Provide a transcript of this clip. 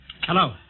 Hello